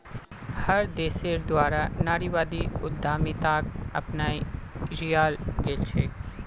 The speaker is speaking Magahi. हर देशेर द्वारा नारीवादी उद्यमिताक अपनाए लियाल गेलछेक